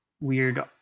weird